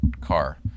car